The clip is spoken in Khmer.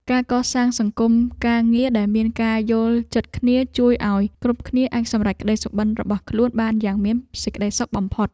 ការកសាងសង្គមការងារដែលមានការយល់ចិត្តគ្នាជួយឱ្យគ្រប់គ្នាអាចសម្រេចក្តីសុបិនរបស់ខ្លួនបានយ៉ាងមានសេចក្តីសុខបំផុត។